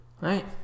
Right